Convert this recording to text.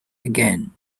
again